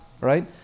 right